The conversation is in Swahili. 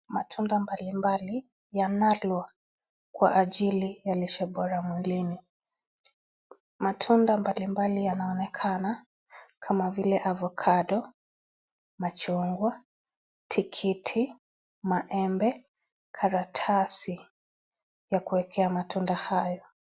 Matunda mbali mbali yanalwa kwa ajili ya lishe bora mwilini matunda mbali mbali yanaonekana kama vile avocado machungwa, tikiti, maembe karatasi ya kuwekea matunda haya.